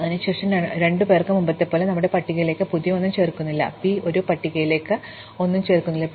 അതിനുശേഷം രണ്ട് പേർക്ക് മുമ്പുള്ളതുപോലെ ഞങ്ങളുടെ പട്ടികയിലേക്ക് പുതിയ ഒന്നും ചേർക്കുന്നില്ല p ഒരു പട്ടികയിലേക്ക് ഒന്നും ചേർക്കുന്നില്ല